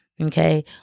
Okay